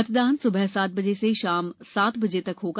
मतदान सुबह सात बजे से शाम सात बजे तक होगा